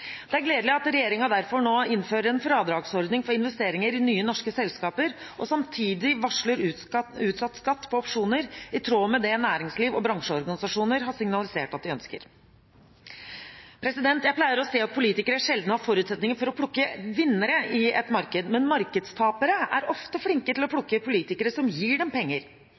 Det er derfor gledelig at regjeringen innfører en fradragsordning for investeringer i nye norske selskaper og samtidig varsler utsatt skatt på opsjoner i tråd med det næringsliv og bransjeorganisasjoner har signalisert at de ønsker. Jeg pleier å si at politikere sjelden har forutsetninger for å plukke vinnere i et marked, men markedstapere er ofte flinke til å plukke politikere som gir dem penger.